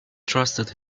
trusted